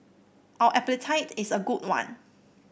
our appetite is a good one